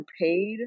paid